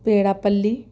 پیڑاپلی